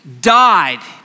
died